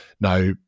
now